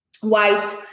white